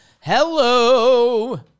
Hello